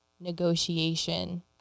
negotiation